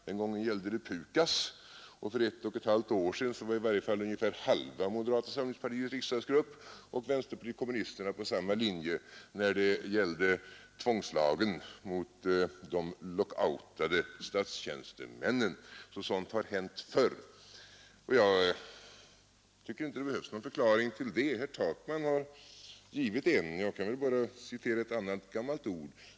Den gången gällde det PUKAS. För ett och ett halvt år sedan var i varje fall ungefär halva moderata samlingspartiets riksdagsgrupp och vänsterpartiet kommunisterna på samma linje när det gällde tvångslagen mot de lockoutade statstjänstemännen. Sådant har alltså hänt förr. Jag tycker inte det behövs någon förklaring till det. Herr Takman har gett en. Jag kan bara citera ett annat gammalt ord.